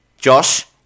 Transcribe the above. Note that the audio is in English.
Josh